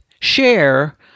share